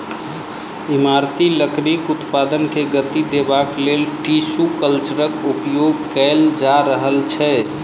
इमारती लकड़ीक उत्पादन के गति देबाक लेल टिसू कल्चरक उपयोग कएल जा रहल छै